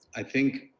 i think